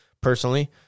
personally